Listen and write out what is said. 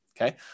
Okay